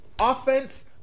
Offense